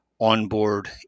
onboard